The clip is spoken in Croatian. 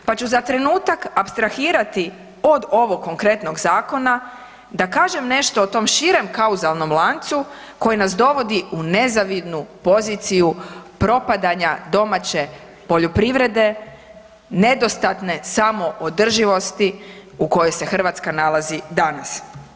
Pa ću za trenutak apstrahirati od ovog konkretnog zakona da kažem nešto o tom širem kauzalnom lancu koji nas dovodi u nezavidnu poziciju propadanja domaće poljoprivrede nedostatne samoodrživosti u kojoj se Hrvatska nalazi danas.